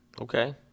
Okay